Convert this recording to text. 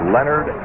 Leonard